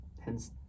hence